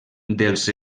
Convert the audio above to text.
dels